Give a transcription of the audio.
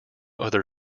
other